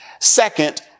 second